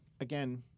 Again